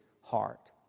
heart